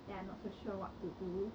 then I not so sure what to do